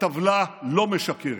הטבלה לא משקרת.